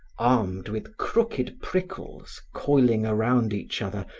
armed with crooked prickles coiling around each other,